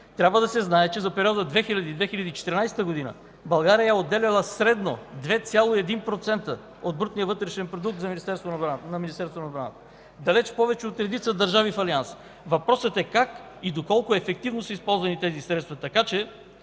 Трябва да се знае, че за периода 2000 – 2014 г. България е отделяла средно 2,1% от брутния вътрешен продукт за Министерство на отбраната. Далеч повече от различни държави в Алианса. Въпросът е как и доколко ефективно са използвани тези средства, така че